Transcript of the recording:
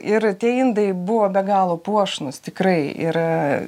ir tie indai buvo be galo puošnūs tikrai yra